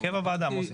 הרכב הוועדה מוסי.